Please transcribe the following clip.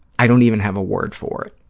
i don't even have a word for it.